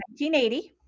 1980